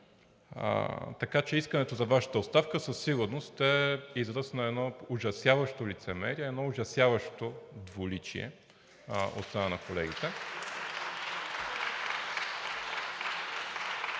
Така че искането за Вашата оставка със сигурност е израз на едно ужасяващо лицемерие, едно ужасяващо двуличие от страна на колегите